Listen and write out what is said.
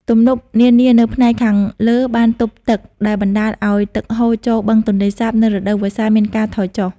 ទំនប់នានានៅផ្នែកខាងលើបានទប់ទឹក ដែលបណ្តាលឱ្យ ទឹកហូរចូលបឹងទន្លេសាបនៅរដូវវស្សាមានការថយចុះ។